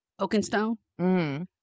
oakenstone